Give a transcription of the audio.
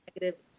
negative